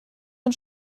den